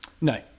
No